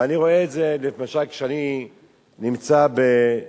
ואני רואה את זה למשל כשאני נמצא בשמעון-הצדיק,